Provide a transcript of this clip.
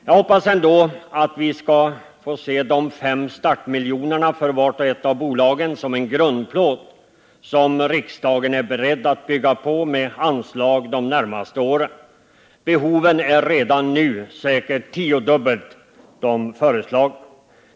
Jag hoppas ändå att vi skall få se de fem startmiljonerna för vart och ett av bolagen som en grundplåt, som riksdagen är beredd att bygga på med anslag de närmaste åren. Behoven uppgår säkert redan nu till tiodubbelt det föreslagna beloppet.